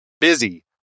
Busy